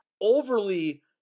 overly